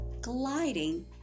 gliding